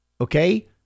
okay